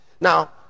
Now